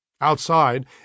Outside